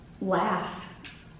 laugh